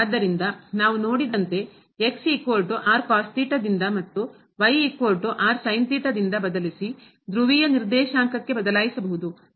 ಆದ್ದರಿಂದ ನಾವು ನೋಡಿದಂತೆ ಮತ್ತು y ದಿಂದ ಬದಲಿಸಿ ಧ್ರುವೀಯ ನಿರ್ದೇಶಾಂಕಕ್ಕೆ ಬದಲಾಯಿಸಬಹುದು